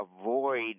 avoid